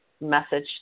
message